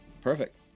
Perfect